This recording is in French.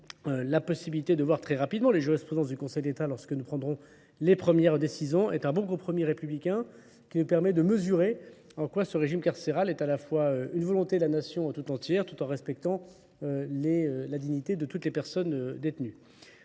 La possibilité de voir très rapidement les jouesses présentes du Conseil d'État lorsque nous prendrons les premières décisions est un bon compromis républicain qui nous permet de mesurer en quoi ce régime carcéral est à la fois une volonté de la Nation toute entière tout en respectant la dignité de toutes les personnes détenues.